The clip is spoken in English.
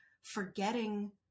forgetting